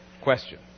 question